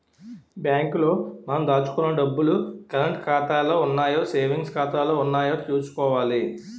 bank లో మనం దాచుకున్న డబ్బులు కరంటు ఖాతాలో ఉన్నాయో సేవింగ్స్ ఖాతాలో ఉన్నాయో చూసుకోవాలి